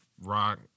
Rock